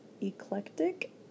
Eclectic